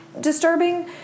disturbing